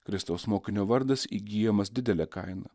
kristaus mokinio vardas įgyjamas didele kaina